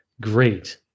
great